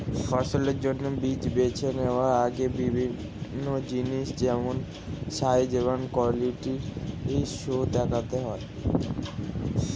ফসলের জন্য বীজ বেছে নেওয়ার আগে বিভিন্ন জিনিস যেমন সাইজ, কোয়ালিটি সো দেখতে হয়